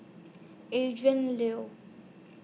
Adrin Liu